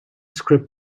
script